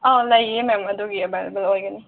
ꯂꯩꯌꯦ ꯃꯦꯝ ꯑꯗꯨꯒꯤ ꯑꯦꯕꯥꯏꯂꯦꯕꯜ ꯑꯣꯏꯒꯅꯤ